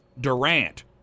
Durant